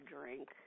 drink